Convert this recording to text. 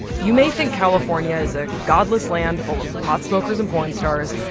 you may think california is a godless land full of pot smokers and porn stars,